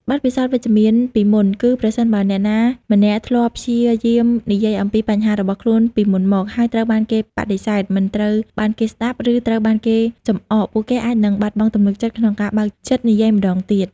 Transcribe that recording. បទពិសោធន៍អវិជ្ជមានពីមុន គឺប្រសិនបើអ្នកណាម្នាក់ធ្លាប់ព្យាយាមនិយាយអំពីបញ្ហារបស់ខ្លួនពីមុនមក ហើយត្រូវបានគេបដិសេធ មិនត្រូវបានគេស្តាប់ ឬត្រូវបានគេចំអក ពួកគេអាចនឹងបាត់បង់ទំនុកចិត្តក្នុងការបើកចិត្តនិយាយម្តងទៀត។